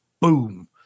boom